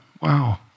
wow